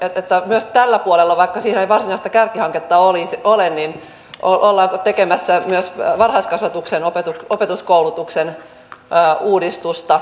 ollaanko myös tällä puolella vaikka siihen ei varsinaista kärkihanketta ole tekemässä myös varhaiskasvatuksen opetuksen koulutuksen uudistusta